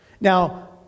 Now